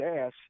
ass